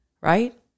Right